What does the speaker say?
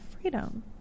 freedom